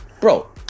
bro